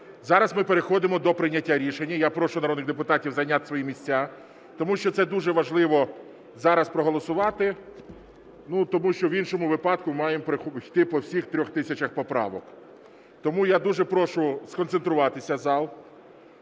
Зараз ми переходимо до прийняття рішення, і я прошу народних депутатів зайняти свої місця, тому що це дуже важливо зараз проголосувати. Тому що в іншому випадку маємо йти по всіх 3 тисячах поправок. Тому я дуже прошу сконцентруватися зал.